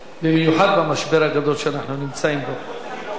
במיוחד במשבר הגדול שאנחנו נמצאים בו.